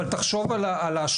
אבל תחשוב על ההשלכות על המטפל.